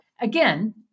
again